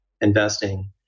investing